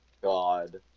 God